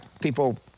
people